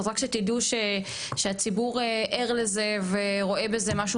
אז רק שתדעו שהציבור ער לזה ורואה בזה משהו